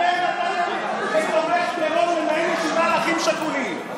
אתם נתתם לתומך טרור לנהל ישיבה על אחים שכולים,